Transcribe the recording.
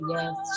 Yes